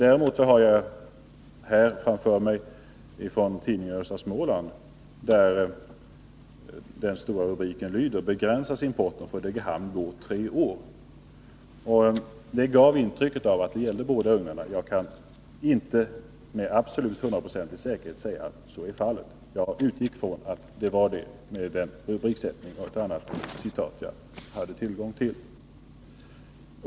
Däremot har jag här framför mig tidningen Östra Småland, där en stor rubrik lyder: Begränsas importen får Degerhamn gå tre år. Detta gav mig intryck av att det gällde båda ugnarna. Jag kan inte med absolut hundraprocentig säkerhet säga att så är fallet, men jag utgick från det med denna rubriksättning och ett annat citat som jag hade tillgång till.